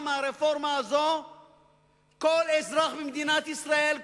מהרפורמה הזו כל אזרח במדינת ישראל,